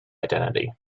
identity